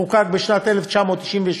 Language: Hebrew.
שחוקק בשנת 1998,